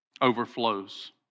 overflows